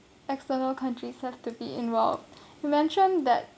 external countries have to be involved you mentioned that